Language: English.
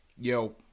Yo